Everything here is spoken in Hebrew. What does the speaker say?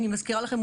אני מזכירה לכם,